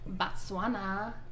Botswana